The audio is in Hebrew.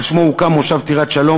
על שמו הוקם מושב טירת-שלום,